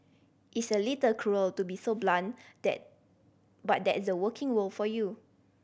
it's a little cruel to be so blunt that but that's the working world for you